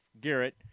Garrett